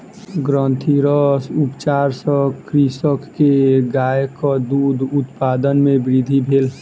ग्रंथिरस उपचार सॅ कृषक के गायक दूध उत्पादन मे वृद्धि भेल